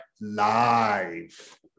live